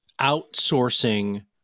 outsourcing